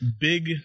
big